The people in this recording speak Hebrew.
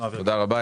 תודה רבה.